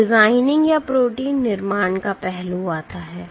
अब डिजाइनिंग या प्रोटीन निर्माण का पहलू आता है